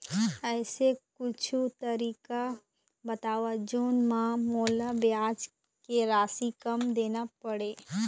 ऐसे कुछू तरीका बताव जोन म मोला ब्याज के राशि कम देना पड़े?